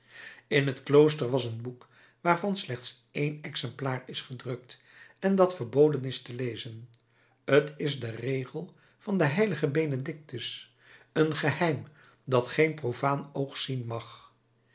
in het klooster was een boek waarvan slechts één exemplaar is gedrukt en dat verboden is te lezen t is de regel van den h benedictus een geheim dat geen profaan oog zien mag